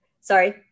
Sorry